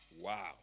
Wow